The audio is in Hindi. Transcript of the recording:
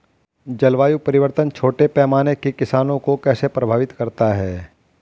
जलवायु परिवर्तन छोटे पैमाने के किसानों को कैसे प्रभावित करता है?